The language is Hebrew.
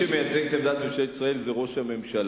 מי שמייצג את עמדת ממשלת ישראל זה ראש הממשלה,